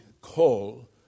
Call